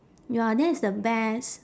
ya that's the best